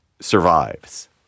survives